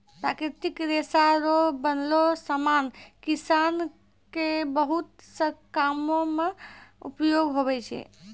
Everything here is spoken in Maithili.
प्राकृतिक रेशा रो बनलो समान किसान के बहुत से कामो मे उपयोग हुवै छै